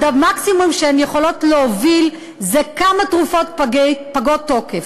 המקסימום שהן יכולות להוביל זה כמה תרופות פגות תוקף.